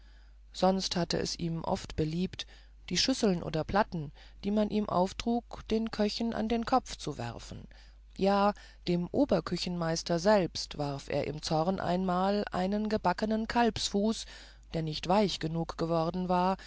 sonst hatte es ihm oft beliebt die schüsseln oder platten die man ihm auftrug den köchen an den kopf zu werfen ja dem oberküchenmeister selbst warf er im zorn einmal einen gebackenen kalbsfuß der nicht weich genug geworden war